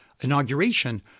inauguration